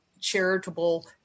charitable